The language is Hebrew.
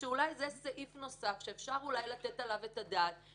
אולי זה סעיף נוסף שאפשר לתת עליו את הדעת,